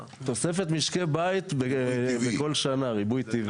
משקי בית בכל שנה, ריבוי טבעי.